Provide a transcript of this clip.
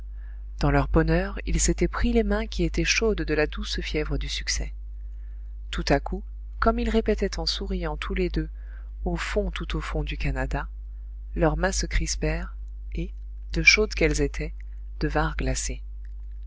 dans leur bonheur ils s'étaient pris les mains qui étaient chaudes de la douce fièvre du succès tout à coup comme ils répétaient en souriant tous les deux au fond tout au fond du canada leurs mains se crispèrent et de chaudes qu'elles étaient